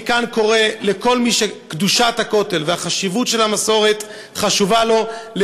אני קורא כאן לכל מי שקדושת הכותל והמסורת חשובה לו,